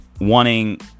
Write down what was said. wanting